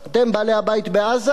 אתם בעלי-הבית בעזה,